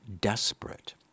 desperate